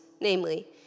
namely